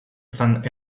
than